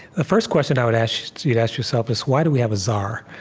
the first question i would ask you to ask yourself is, why do we have a czar?